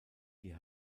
die